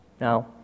Now